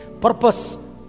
Purpose